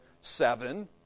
Seven